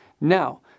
Now